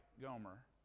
Gomer